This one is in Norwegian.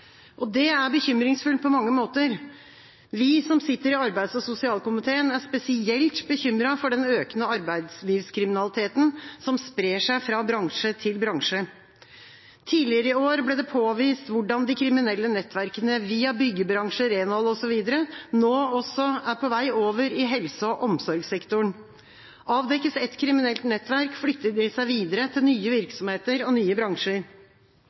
politidistriktene. Det er bekymringsfullt på mange måter. Vi som sitter i arbeids- og sosialkomiteen, er spesielt bekymret for den økende arbeidslivskriminaliteten, som sprer seg fra bransje til bransje. Tidligere i år ble det påvist hvordan de kriminelle nettverkene, via byggebransje, renhold osv., nå også er på vei over i helse- og omsorgssektoren. Avdekkes ett kriminelt nettverk, flytter de seg videre til nye virksomheter og nye bransjer.